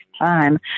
time